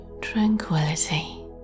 tranquility